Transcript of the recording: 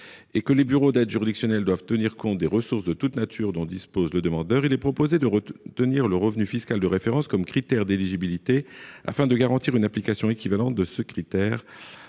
et que les bureaux d'aide juridictionnelle doivent tenir compte des ressources de toute nature dont dispose le demandeur, il est proposé de tenir le revenu fiscal de référence comme critère d'éligibilité, afin de garantir une application équivalent de ce critère